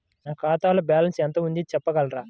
నా ఖాతాలో బ్యాలన్స్ ఎంత ఉంది చెప్పగలరా?